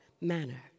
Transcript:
manner